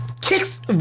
kicks